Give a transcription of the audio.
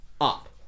up